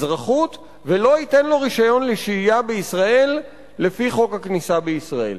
אזרחות ולא ייתן לו רשיון לשהייה בישראל לפי חוק הכניסה בישראל.